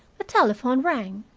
the telephone rang.